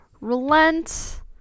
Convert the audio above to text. Relent